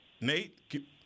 Nate